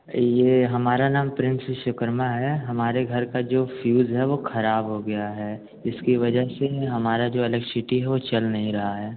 ये हमारा नाम प्रिंस विश्वकर्मा है हमारे घर का जो फ्यूज़ है वह खराब हो गया है इसकी वजह से हमारा जो इलेक्ट्सिटी है वह चल नहीं रही है